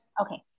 Okay